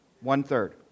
One-third